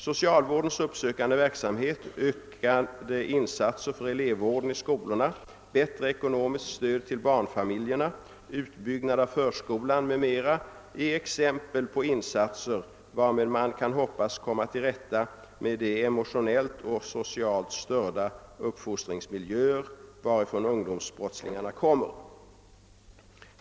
Socialvårdens uppsökande verksamhet, ökade insatser för elevvården 1 skolorna, bättre ekonomiskt stöd till barnfamiljerna, utbyggnad av förskolan m.m. är exempel på insatser varmed man kan hoppas komma till rätta med de emotionellt och socialt störda uppfostringsmiljöer varifrån ungdomsbrottslingarna kommer.